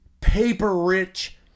paper-rich